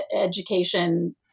education